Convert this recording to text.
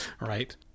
Right